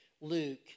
Luke